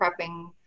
prepping